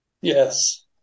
Yes